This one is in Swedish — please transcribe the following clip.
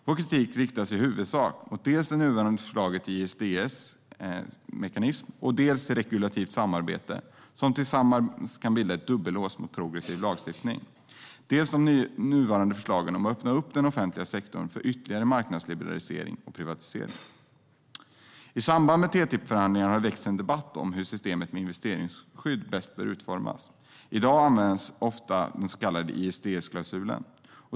Vår kritik riktas i huvudsak mot dels de nuvarande förslagen till ISDS-mekanism och regulativt samarbete som tillsammans kan bli ett dubbellås mot progressiv lagstiftning, dels de nuvarande förslagen om att öppna upp den offentliga sektorn för ytterligare marknadsliberalisering och privatisering. I samband med TTIP-förhandlingarna har det väckts en debatt om hur systemet med investeringsskydd bäst bör utformas. I dag används väldigt ofta den så kallade ISDS-klausulen.